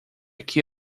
que